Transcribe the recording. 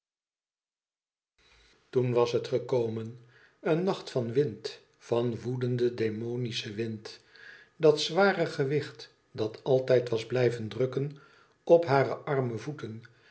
toen was het gekomen een nacht van wind van woedenden demonischen wind dat zware gewicht dat altijd was blijven drukken op hare arme voeten